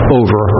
over